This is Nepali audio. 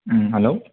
हेलो